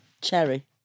Cherry